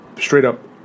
straight-up